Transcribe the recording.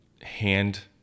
hand